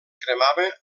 cremava